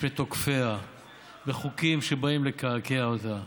מפני תוקפיה ומחוקים שבאים לקעקע אותה.